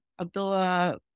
Abdullah